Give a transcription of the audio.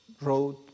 road